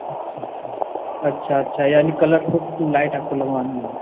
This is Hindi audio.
अच्छा अच्छा अच्छा अच्छा यानि कलरफुल लाइट आपको लगवानी है